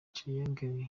triangle